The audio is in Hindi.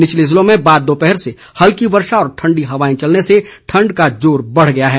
निचले जिलों में बाद दोपहर से हल्की वर्षा व ठंडी हवाएं चलने से ठंड का जोर बढ़ गया है